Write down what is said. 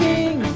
King